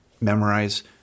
memorize